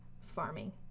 farming